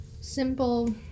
simple